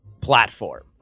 platform